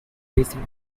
raising